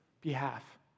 behalf